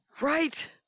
Right